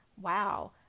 Wow